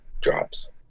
drops